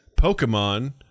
Pokemon